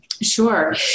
Sure